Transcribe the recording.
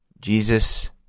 Jesus